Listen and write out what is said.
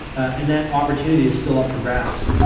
and that opportunity is still up for grabs.